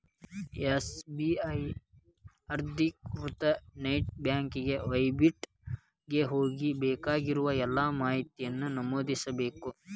SBI ಅಧಿಕೃತ net banking website ಗೆ ಹೋಗಿ ಬೇಕಾಗಿರೋ ಎಲ್ಲಾ ಮಾಹಿತಿನ ನಮೂದಿಸ್ಬೇಕ್